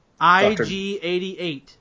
IG88